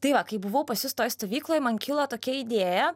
tai va kai buvau pas jus toj stovykloj man kilo tokia idėja